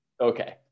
Okay